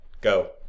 Go